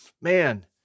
Man